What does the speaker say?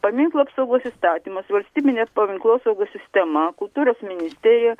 paminklų apsaugos įstatymas valstybinės paminklosaugos sistema kultūros ministerija